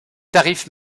tarifs